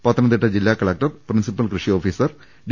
പത്തനംതിട്ട ജില്ലാ collector principal കൃഷി officer D